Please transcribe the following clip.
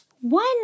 one